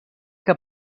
que